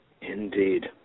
Indeed